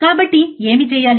కాబట్టి ఏమి చేయాలి